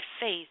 faith